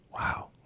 wow